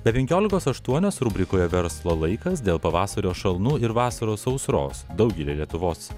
be penkiolikos aštuonios rubrikoje verslo laikas dėl pavasario šalnų ir vasaros sausros daugelyje lietuvos